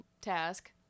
task